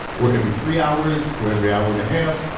or every three hours, or every hour and a half.